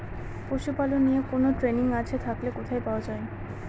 পশুপালন নিয়ে কোন ট্রেনিং আছে থাকলে কোথায় পাওয়া য়ায়?